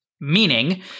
Meaning